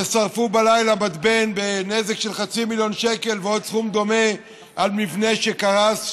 ושרפו בלילה מתבן בנזק של 500,000 שקל ועוד סכום דומה על מבנה שקרס.